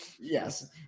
Yes